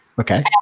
Okay